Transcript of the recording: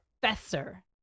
Professor